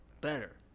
better